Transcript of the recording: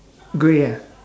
grey ah